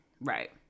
Right